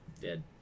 Dead